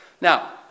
Now